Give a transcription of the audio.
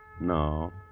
No